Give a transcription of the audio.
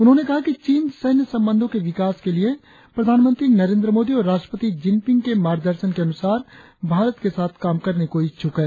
उन्होंने कहा कि चीन सैन्य संबंधों में विकास के लिए प्रधानमंत्री नरेंद्र मोदी और राष्ट्रपति जिनपिंग के मार्गदर्शन के अनुसार भारत के साथ काम करने को इच्छुक है